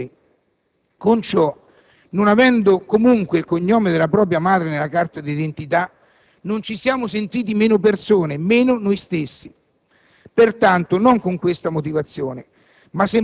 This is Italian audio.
Queste le domande che ci sono rivolte fin da piccoli. Con ciò, non avendo comunque il cognome della propria madre nella carta d'identità, non ci siamo sentiti meno persone, né meno noi stessi.